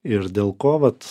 ir dėl ko vat